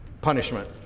punishment